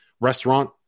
restaurant